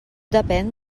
depèn